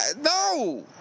no